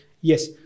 Yes